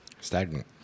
stagnant